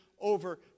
over